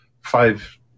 five